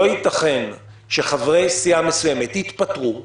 לא ייתכן שחברי סיעה מסוימת יתפטרו,